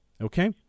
Okay